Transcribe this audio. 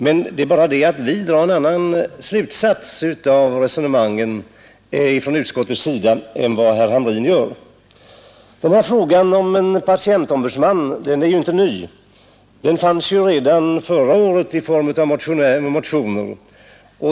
Men utskottet drar en annan slutsats av resonemangen än vad herr Hamrin gör. Frågan om en patientombudsman är inte ny. Den fanns uppe redan förra året i form av motioner.